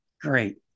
Great